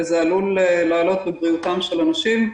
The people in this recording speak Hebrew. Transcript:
וזה עלול לעלות בבריאותם של אנשים.